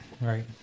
Right